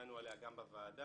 שדנו עליה גם בוועדה,